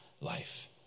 life